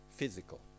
Physical